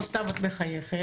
לא סתם את מחייכת.